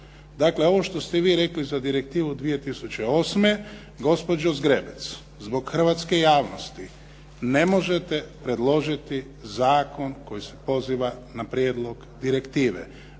Dakle, ovo što ste vi rekli za direktivu 2008., gospođo Zgrebec, zbog hrvatske javnosti ne možete predložiti zakon koji se poziva na prijedlog direktive.